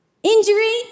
Injury